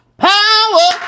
power